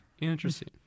Interesting